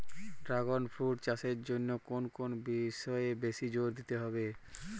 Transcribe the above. Dragon fruit চাষের জন্য কোন কোন বিষয়ে বেশি জোর দিতে হয়?